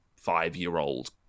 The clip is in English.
five-year-old